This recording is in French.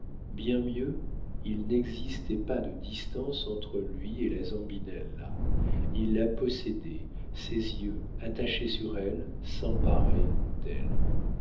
bien mieux il n'existait pas de distance entre lui et la zambinella il la possédait ses yeux attachés sur elle s'emparaient d'elle